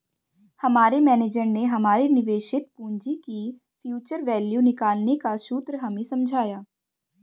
हमारे मेनेजर ने हमारे निवेशित पूंजी की फ्यूचर वैल्यू निकालने का सूत्र हमें समझाया